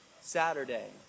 Saturday